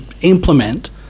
implement